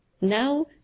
Now